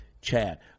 Chad